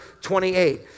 28